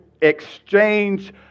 exchange